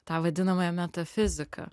tą vadinamąją metafiziką